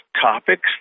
topics